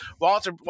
Walter